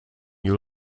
you